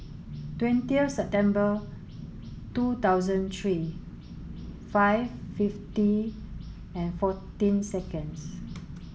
twenty of September two thousand three five fifty and fourteen seconds